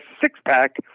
six-pack